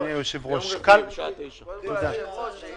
הישיבה ננעלה בשעה 15:30.